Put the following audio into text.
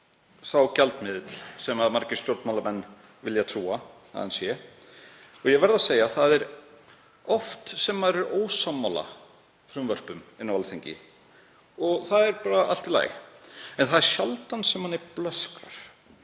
sá gjaldmiðill sem margir stjórnmálamenn vilja trúa að hann sé. Ég verð að segja að það er oft sem maður er ósammála frumvörpum á Alþingi og það er allt í lagi en það er sjaldan sem manni blöskrar.